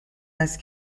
است